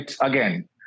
again